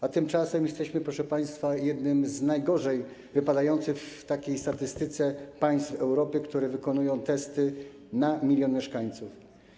A tymczasem jesteśmy, proszę państwa, jednym z najgorzej wypadających w takiej statystyce państw Europy, które wykonują testy, na 1 mln mieszkańców.